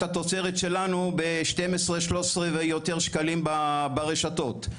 התוצרת שלנו ב-12-13 ויותר שקלים ברשתות.